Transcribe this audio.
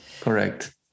Correct